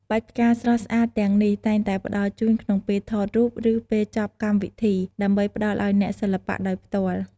បាច់ផ្កាស្រស់ស្អាតទាំងនេះតែងតែផ្តល់ជូនក្នុងពេលថតរូប ឬពេលចប់កម្មវិធី ដើម្បីផ្ដល់ឱ្យអ្នកសិល្បៈដោយផ្ទាល់។